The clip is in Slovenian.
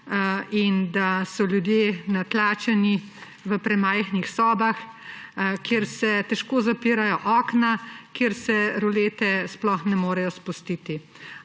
in da so ljudje natlačeni v premajhnih sobah, kjer se težko zapirajo okna, kjer se rolete sploh ne morejo spustiti.